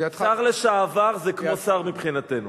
שר לשעבר זה כמו שר מבחינתנו.